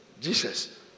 Jesus